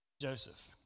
Joseph